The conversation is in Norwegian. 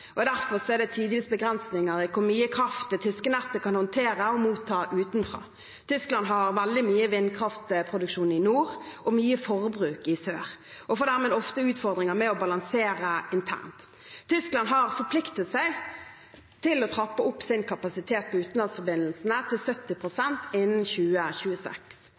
og derfor er det tidvis begrensninger i hvor mye kraft det tyske nettet kan håndtere å motta utenfra. Tyskland har veldig mye vindkraftproduksjon i nord og høyt forbruk i sør og får dermed ofte utfordringer med å balansere internt. Tyskland har forpliktet seg til å trappe opp sin kapasitet på utenlandsforbindelsene til 70 pst. innen